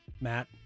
Matt